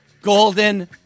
Golden